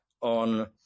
on